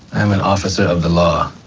i'm an officer of the law.